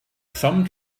some